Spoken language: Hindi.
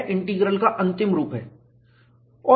यह इंटीग्रल का अंतिम रूप है